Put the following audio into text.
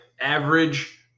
average